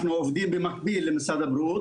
אנחנו עובדים במקביל עם משרד הבריאות,